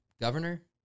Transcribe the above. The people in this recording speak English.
Governor